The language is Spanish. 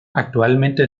actualmente